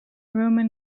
roman